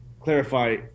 clarify